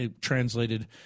translated